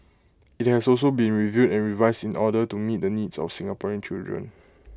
IT has also been reviewed and revised in order to meet the needs of Singaporean children